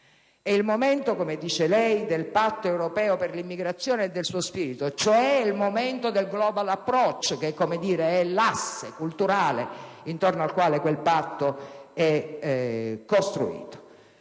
È il momento, come dice lei, del Patto europeo per l'immigrazione e del suo spirito, cioè è il momento del *global approach*, che è l'asse culturale intorno al quale quel patto è costruito.